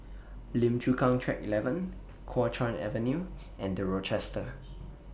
Lim Chu Kang Track eleven Kuo Chuan Avenue and The Rochester